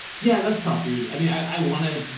yeah, that's tough, dude. i mean, i, i wanna,